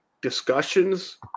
discussions